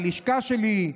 ללשכה שלי,